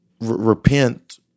Repent